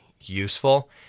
useful